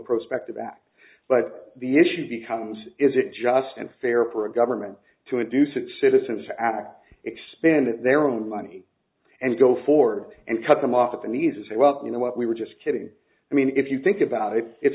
prospect of that but the issue becomes is it just unfair for a government to a do six citizens act expend their own money and go forward and cut them off at the knees and say well you know what we were just kidding i mean if you think about it it's